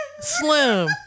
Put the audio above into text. Slim